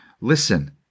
listen